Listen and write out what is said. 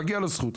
מגיעה לו זכות.